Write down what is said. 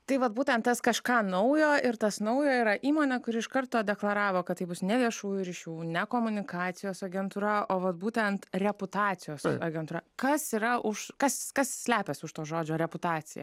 tai vat būtent tas kažką naujo ir tas naujo yra įmonė kuri iš karto deklaravo kad tai bus ne viešųjų ryšių ne komunikacijos agentūra o vat būtent reputacijos agentūra kas yra už kas kas slepiasi už to žodžio reputacija